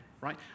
right